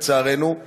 לצערנו,